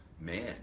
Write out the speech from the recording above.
man